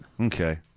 Okay